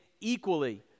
equally